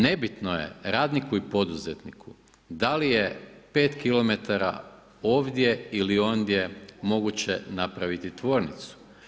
Nebitno je radniku i poduzetniku da li je 5km ovdje ili ondje moguće napraviti tvornicu.